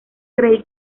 creí